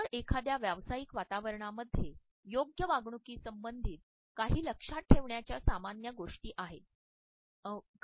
जर एखाद्या व्यावसायिक वातावरणामध्ये योग्य वागणुकीसंबंधित काही लक्षात ठेवण्याच्या सामान्य गोष्टी येथे आहेत